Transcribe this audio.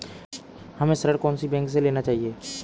हमें ऋण कौन सी बैंक से लेना चाहिए?